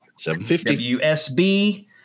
750